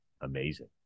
amazing